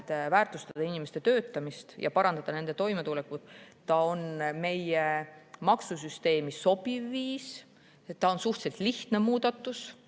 väärtustatakse inimeste töötamist ja parandatakse nende toimetulekut, on meie maksusüsteemiga sobiv viis. See on suhteliselt lihtne muudatus